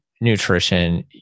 nutrition